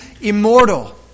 immortal